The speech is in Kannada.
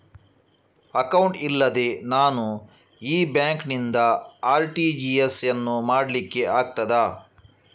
ಅಕೌಂಟ್ ಇಲ್ಲದೆ ನಾನು ಈ ಬ್ಯಾಂಕ್ ನಿಂದ ಆರ್.ಟಿ.ಜಿ.ಎಸ್ ಯನ್ನು ಮಾಡ್ಲಿಕೆ ಆಗುತ್ತದ?